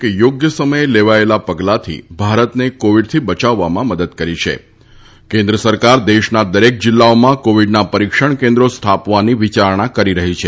કે થોગ્ય સમયે લેવાયેલાં પગલાંથી ભારતને કોવિડથી બચાવવામાં મદદ કરી છે કેન઼ સરકાર દેશના દરેક જિલ્લાઓમાં કોવિડના પરિક્ષણ કેન્રોગૂપ્થાપવાની વિચારણા કરી રહી છે